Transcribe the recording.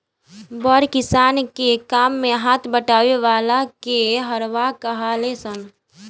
बड़ किसान के काम मे हाथ बटावे वाला के हरवाह कहाले सन